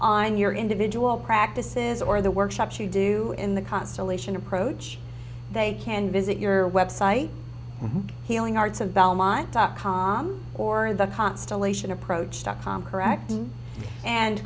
on your individual practices or the workshops you do in the constellation approach they can visit your website healing arts of belmont dot com or the constellation approach dot com correct and